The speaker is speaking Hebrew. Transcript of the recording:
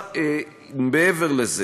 מעבר לזה,